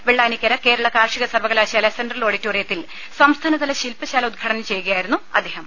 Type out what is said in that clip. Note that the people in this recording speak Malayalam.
വെള്ളാനിക്കര കേരള കാർഷിക സർവകലാശാല സെൻട്രൽ ഓഡിറ്റോറിയത്തിൽ സംസ്ഥാനതല ശില്പശാല ഉദ്ഘാടനം ചെയ്യുകയായിരുന്നു അദ്ദേഹം